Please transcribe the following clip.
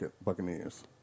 Buccaneers